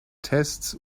tests